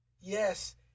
Yes